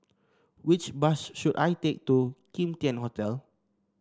which bus should I take to Kim Tian Hotel